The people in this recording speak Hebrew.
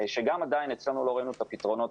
שעדיין אצלנו לא ראינו את הפתרונות,